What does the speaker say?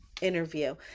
interview